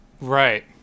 Right